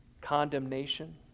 condemnation